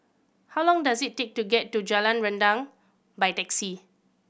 how long does it take to get to Jalan Rendang by taxi